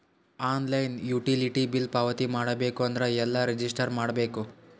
Online utility bill ಪಾವತಿ ಮಾಡಬೇಕು ಅಂದ್ರ ಎಲ್ಲ ರಜಿಸ್ಟರ್ ಮಾಡ್ಬೇಕು?